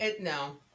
No